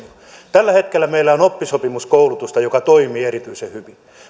tällä hetkellä meillä on oppisopimuskoulutusta joka toimii erityisen hyvin